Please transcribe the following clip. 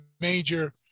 major